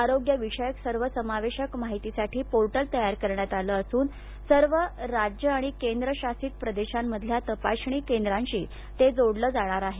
आरोग्य विषयक सर्वसमावेशक माहितीसाठी पोर्टल तयार करण्यात आलं असून सर्व राज्य आणि केंद्र शासित प्रदेशांमधल्या तपासणी केंद्रांशी ते जोडलं जाणार आहे